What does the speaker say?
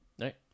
Right